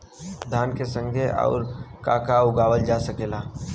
धान के संगे आऊर का का उगावल जा सकेला?